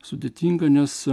sudėtinga nes